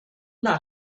not